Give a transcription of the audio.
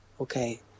okay